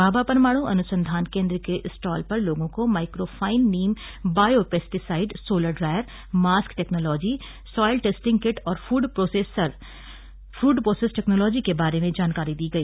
भाभा परमाणु अनुसंधान केंद्र के स्टाल पर लोगों को microfine neem bio pesticide solar dryer mask technology soil testing kit और फूड प्रोसेस टेक्नोलॉजी के बारे में जानकारी दी गई